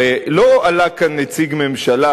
הרי לא עלה כאן נציג ממשלה,